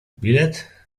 bilet